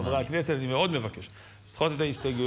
חברי הכנסת, אני מבקש מאוד לדחות את ההסתייגויות.